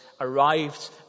arrived